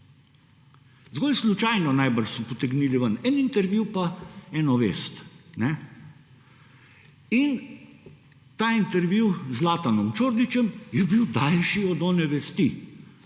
zgolj slučajno so potegnili ven eden intervju pa eno vest in ta intervju z Zlatanom Čordićem je bil daljši od one vesti.